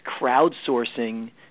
crowdsourcing